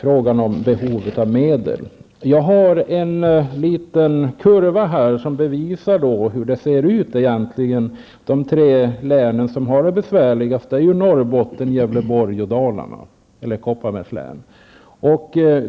På en statistisk kurva kan man se att de tre län som har det besvärligast är Norrbottens, Gävleborgs och Kopparbergs län.